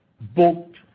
booked